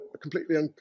completely